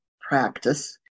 practice